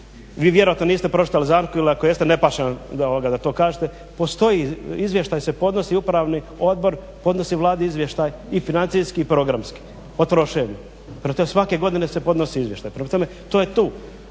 vi vjerojatno niste pročitali zakon ili ako jeste ne paše vam da to kažete, postoji, izvještaj se podnosi upravni odbor podnosi Vladi izvještaj i financijski i programski o trošenju. Prema tome svake godine se podnosi izvještaj. Prema